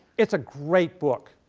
its a great book!